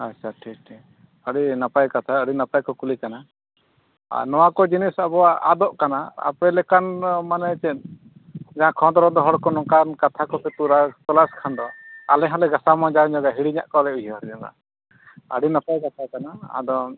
ᱟᱪᱪᱷᱟ ᱴᱷᱤᱠ ᱴᱷᱤᱠ ᱟᱹᱰᱤ ᱱᱟᱯᱟᱭ ᱠᱟᱛᱷᱟ ᱟᱹᱰᱤ ᱱᱟᱯᱟᱭ ᱠᱩᱠᱞᱤ ᱠᱟᱱᱟ ᱟᱨ ᱱᱚᱣᱟ ᱠᱚ ᱡᱤᱱᱤᱥ ᱟᱵᱚᱣᱟᱜ ᱟᱫᱚᱜ ᱠᱟᱱᱟ ᱟᱯᱮ ᱞᱮᱠᱟᱱ ᱢᱟᱱᱮ ᱪᱮᱫ ᱡᱟᱦᱟᱸ ᱠᱷᱚᱸᱫᱽᱨᱚᱸᱫᱽ ᱦᱚᱲ ᱱᱚᱝᱠᱟᱱ ᱠᱟᱛᱷᱟ ᱠᱚᱯᱮ ᱛᱚᱞᱟᱥ ᱠᱷᱟᱱ ᱫᱚ ᱟᱞᱮ ᱦᱚᱸ ᱞᱮ ᱜᱷᱟᱸᱥᱟᱣ ᱢᱟᱡᱟᱣ ᱧᱚᱜᱼᱟ ᱦᱤᱲᱤᱧᱚᱜᱼᱟ ᱠᱚ ᱞᱮ ᱩᱭᱦᱟᱹᱨ ᱧᱚᱜᱼᱟ ᱟᱹᱰᱤ ᱱᱟᱯᱟᱭ ᱠᱟᱛᱷᱟ ᱠᱟᱱᱟ ᱟᱫᱚ